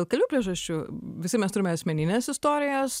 dėl kelių priežasčių visi mes turime asmenines istorijas